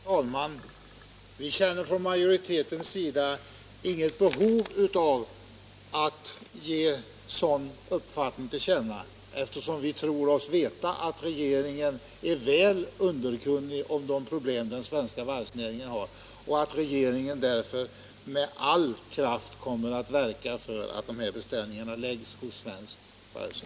Herr talman! Vi känner från majoritetens sida inget behov av att ge en sådan uppfattning till känna. Vi tror oss nämligen veta att regeringen är väl underkunnig om-de problem som den svenska varvsnäringen har och att regeringen därför med all kraft kommer att verka för att beställningen läggs hos ett svenskt varv.